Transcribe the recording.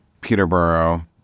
Peterborough